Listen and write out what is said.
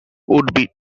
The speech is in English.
would